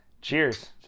Cheers